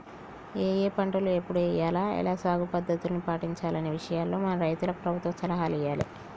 ఏఏ పంటలు ఎప్పుడు ఎయ్యాల, ఎలా సాగు పద్ధతుల్ని పాటించాలనే విషయాల్లో మన రైతులకు ప్రభుత్వం సలహాలు ఇయ్యాలే